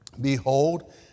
behold